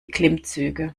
klimmzüge